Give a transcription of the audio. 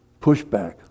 pushback